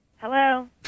Hello